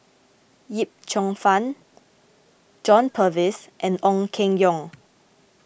Yip Cheong Fun John Purvis and Ong Keng Yong